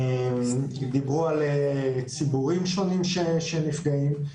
דיברו על ציבורים שונים שנפגעים.